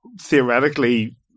theoretically